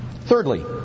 Thirdly